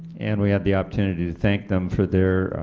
and we had the opportunity to thank them for their